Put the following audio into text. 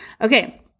Okay